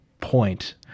point